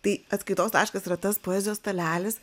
tai atskaitos taškas yra tas poezijos stalelis